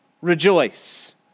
rejoice